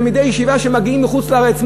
לתלמידי הישיבה שמגיעים מחוץ-לארץ,